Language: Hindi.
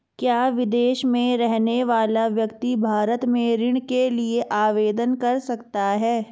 क्या विदेश में रहने वाला व्यक्ति भारत में ऋण के लिए आवेदन कर सकता है?